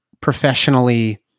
professionally